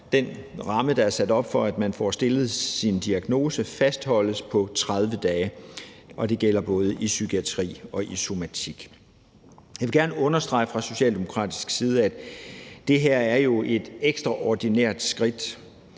den ramme, der er sat op, for at man får stillet sin diagnose, fastholdes på 30 dage, og det gælder både i psykiatri og i somatik. Jeg vil gerne understrege fra socialdemokratisk side, at det her jo er et ekstraordinært skridt,